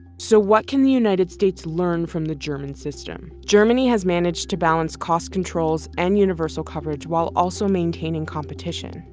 so what can the united states learn from the german system? germany has managed to balance cost controls and universal coverage while also maintaining competition.